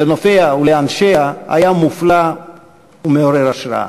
לנופיה ולאנשיה היה מופלא ומעורר השראה.